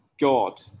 God